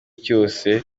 cyose